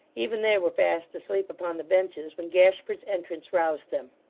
even they were fast asleep upon the benches, when gashford's entrance roused them.